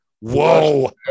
Whoa